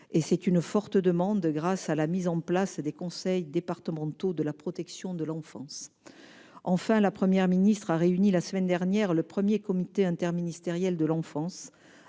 est forte en la matière -grâce à la mise en place des conseils départementaux de la protection de l'enfance. Enfin, la Première ministre a réuni la semaine dernière le premier comité interministériel à l'enfance.